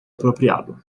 apropriado